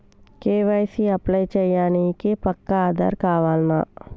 KYC apply చేయనీకి పక్కా ఆధార్ కావాల్నా?